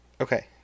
okay